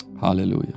hallelujah